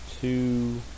two